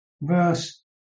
verse